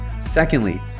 Secondly